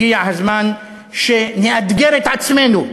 הגיע הזמן שנאתגר את עצמנו,